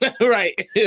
Right